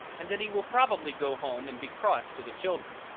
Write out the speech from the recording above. and that he will probably go home and be cross to the children.